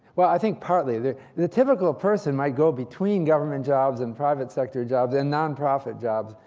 well, i think partly. the the typical person my go between government jobs and private sector jobs and nonprofit jobs.